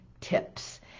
tips